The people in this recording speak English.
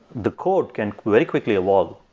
the code can very quickly evolved.